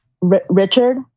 Richard